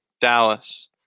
Dallas